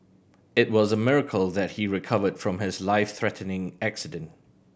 it was a miracle that he recovered from his life threatening accident